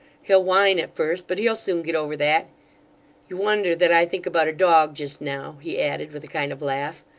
he'll whine at first, but he'll soon get over that you wonder that i think about a dog just now he added, with a kind of laugh.